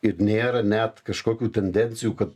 ir nėra net kažkokių tendencijų kad